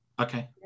okay